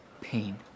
pain